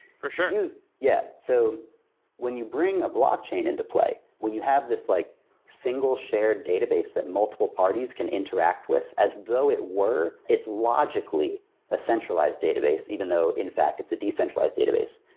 for sure yeah. so when you bring a block chain into play, when you have this like single shared database that multiple parties can interact with, as though it were, it's logically a centralized database even though, in fact, it's a decentralized database.